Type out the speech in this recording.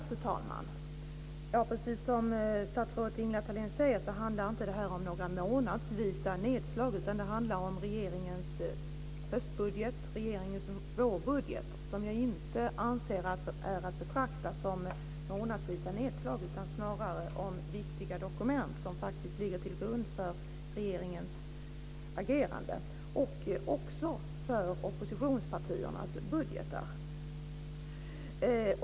Fru talman! Som statsrådet Ingela Thalén säger handlar det inte om några månadsvisa nedslag utan om regeringens höst och vårbudgetar, som jag inte anser är att betrakta som månadsvisa nedslag utan snarare som viktiga dokument som faktiskt ligger till grund för regeringens agerande och även för oppositionspartiernas budgetar.